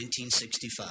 1965